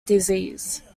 disease